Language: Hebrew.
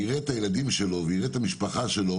יראה את הילדים שלו ויראה את המשפחה שלו